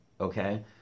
okay